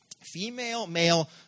Female-male